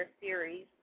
series